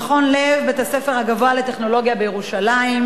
"מכון לב" בית-הספר הגבוה לטכנולוגיה בירושלים,